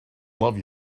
love